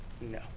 No